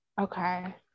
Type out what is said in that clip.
okay